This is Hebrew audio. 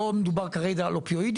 לא מדובר, כרגע, על אופיואידים,